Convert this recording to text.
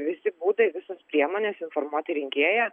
visi būdai visos priemonės informuoti rinkėją